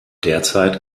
derzeit